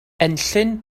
enllyn